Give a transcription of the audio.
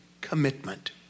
commitment